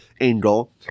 angle